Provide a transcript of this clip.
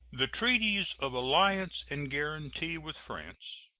the treaties of alliance and guaranty with france,